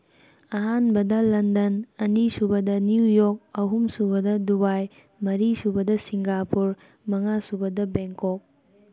ꯑꯍꯥꯟꯕꯗ ꯂꯟꯗꯟ ꯑꯅꯤ ꯁꯨꯕꯗ ꯅ꯭ꯌꯨ ꯌꯣꯔꯛ ꯑꯍꯨꯝ ꯁꯨꯕꯗ ꯗꯨꯕꯥꯏ ꯃꯔꯤ ꯁꯨꯕꯗ ꯁꯤꯡꯒꯥꯄꯨꯔ ꯃꯉꯥ ꯁꯨꯕꯗ ꯕꯦꯡꯀꯣꯛ